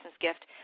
Gift